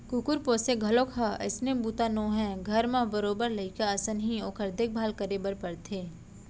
कुकुर पोसे घलौक ह अइसने बूता नोहय घर म बरोबर लइका असन ही ओकर देख भाल करे बर परथे